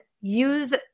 use